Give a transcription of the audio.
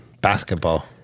basketball